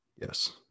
Yes